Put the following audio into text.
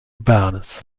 barnes